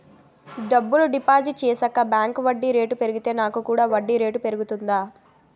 డబ్బులు డిపాజిట్ చేశాక బ్యాంక్ వడ్డీ రేటు పెరిగితే నాకు కూడా వడ్డీ రేటు పెరుగుతుందా?